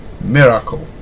miracle